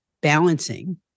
balancing